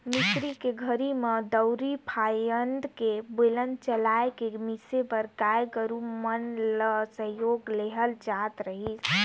मिसई के घरी में दउंरी फ़ायन्द के बेलन चलाय के मिसे बर गाय गोरु मन के सहयोग लेहल जात रहीस